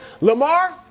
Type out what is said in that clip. Lamar